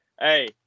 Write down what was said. Hey